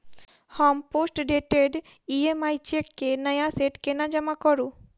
हम postdated EMI cheque केँ नया सेट केना जमा करू?